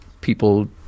people